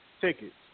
tickets